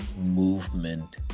movement